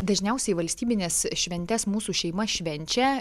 dažniausiai valstybines šventes mūsų šeima švenčia